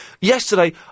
Yesterday